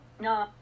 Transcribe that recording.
No